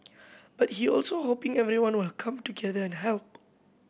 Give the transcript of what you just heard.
but he also hoping everyone will come together and help